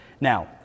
Now